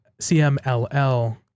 CMLL